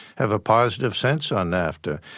have a positive sense on nafta.